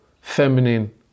feminine